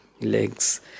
legs